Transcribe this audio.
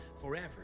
forever